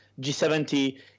G70